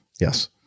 yes